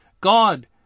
God